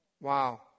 Wow